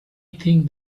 think